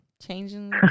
changing